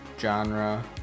genre